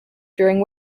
during